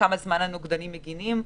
לכמה זמן הנוגדנים מגינים.